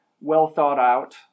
well-thought-out